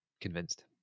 convinced